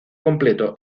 completo